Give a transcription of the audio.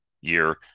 year